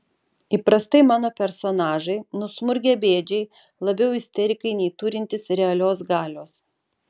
įprastai mano personažai nusmurgę bėdžiai labiau isterikai nei turintys realios galios